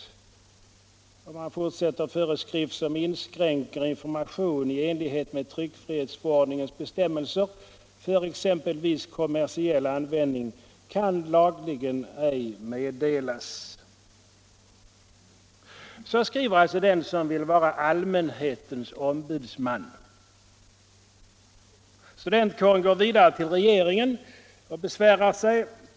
Skrivelsen fortsätter: ”Föreskrift som inskränker information i enlighet med tryckfrihetsförordningens bestämmelser för exempelvis kommersiell användning kan lagligen ej meddelas.” Så skriver alltså den som vill vara ”allmänhetens ombudsman”. Studentkåren går vidare till regeringen och besvärar sig.